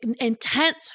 intense